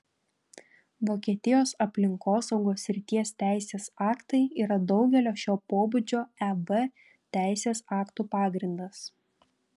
vokietijos aplinkosaugos srities teisės aktai yra daugelio šio pobūdžio eb teisės aktų pagrindas